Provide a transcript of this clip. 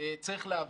צריך להבין,